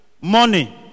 money